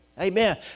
Amen